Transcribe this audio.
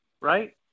right